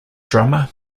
drummer